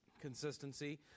consistency